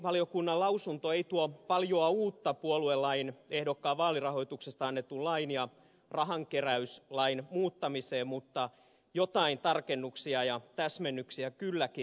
perustuslakivaliokunnan lausunto ei tuo paljoa uutta puoluelain ehdokkaan vaalirahoituksesta annetun lain ja rahankeräyslain muuttamiseen mutta joitain tarkennuksia ja täsmennyksiä kylläkin